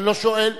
אני לא שואל,